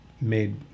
made